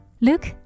Look